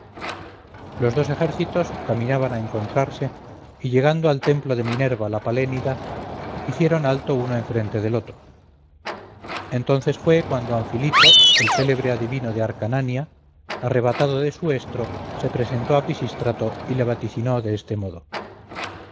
los dos ejércitos caminaban a encontrarse y llegando al templo de minerva la pallenida hicieron alto uno enfrente del otro entonces fue cuando anfilyto el célebre adivino de acarnania arrebatado de su estro se presentó a pisístrato y le vaticinó de este modo